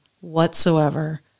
whatsoever